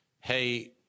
hey